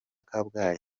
kabgayi